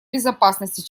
безопасности